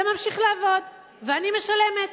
זה ממשיך לעבוד, ואני משלמת.